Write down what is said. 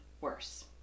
worse